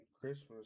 Christmas